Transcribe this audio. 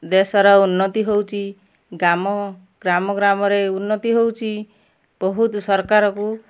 ଦେଶର ଉନ୍ନତି ହଉଛି ଗ୍ରାମ ଗ୍ରାମ ଗ୍ରାମରେ ଉନ୍ନତି ହଉଛି ବହୁତ ସରକାରକୁ